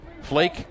flake